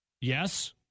Yes